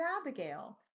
Abigail